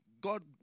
God